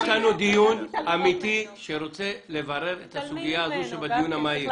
יש לנו דיון אמיתי שרוצה לברר את הסוגיה הזו שבדיון המהיר.